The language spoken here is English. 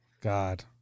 God